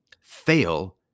fail